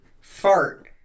Fart